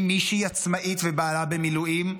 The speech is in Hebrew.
אם מישהי עצמאית ובעלה במילואים,